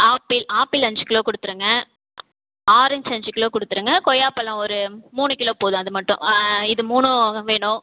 apple apple அஞ்சு kilo கொடுத்துடுங்க orange அஞ்சு கிலோ கொடுத்துடுங்க கொய்யாப்பழம் ஒரு மூணு கிலோ போதும் அது மட்டும் இது மூணும் வேணும்